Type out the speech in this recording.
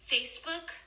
Facebook